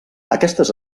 aquestes